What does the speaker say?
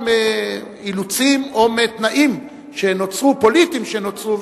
מאילוצים או מתנאים פוליטיים שנוצרו,